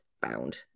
bound